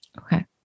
okay